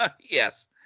Yes